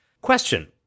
Question